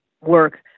work